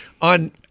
on